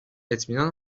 اطمینان